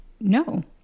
no